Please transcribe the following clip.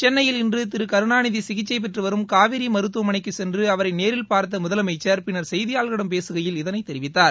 சென்னையில் இன்று திரு கருணாநிதி சிகிச்சை பெற்று வரும் காவேரி மருத்துவமளைக்குச் சென்று அவரை நேரில் பார்த்த முதலமைச்சர் பின்னர் செய்தியாளர்களிடம் பேசுகையில் இதனை தெரிவித்தார்